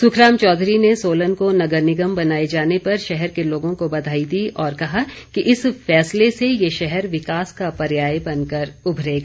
सुखराम चौधरी ने सोलन को नगर निगम बनाए जाने पर शहर के लोगों को बधाई दी और कहा कि इस फैसले से ये शहर विकास का पर्याय बनकर उभरेगा